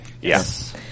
Yes